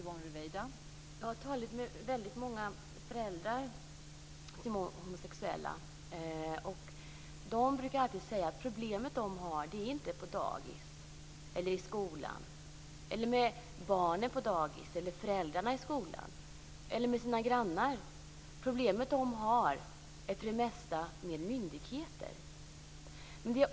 Fru talman! Jag har talat med väldigt många homosexuella föräldrar. De säger att deras problem inte är dagis, skolan, barnen på dagis, föräldrarna i skolan eller grannarna, utan deras problem gäller för det mesta myndigheter.